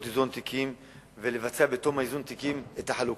איזון תיקים ולבצע בתום איזון התיקים את החלוקה.